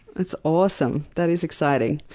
that's awesome. that is exciting.